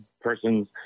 person's